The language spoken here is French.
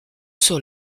sur